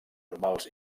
normals